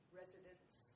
residents